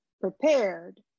prepared